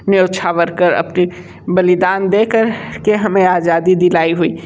न्योछावर कर अपनी बलिदान देकर के हमें आज़ादी दिलाई हुई